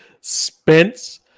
Spence